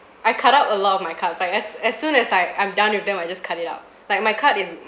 I cut out a lot of my cards like as as soon as I I'm done with them I just cut it out like my card is